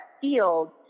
field